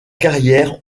carrière